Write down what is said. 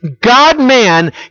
God-man